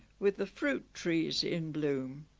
with the fruit trees in bloom